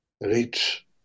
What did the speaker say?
rich